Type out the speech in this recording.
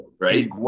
right